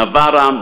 נווארה,